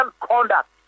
conduct